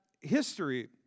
history